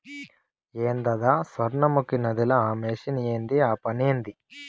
ఏందద సొర్ణముఖి నదిల ఆ మెషిన్ ఏంది ఆ పనేంది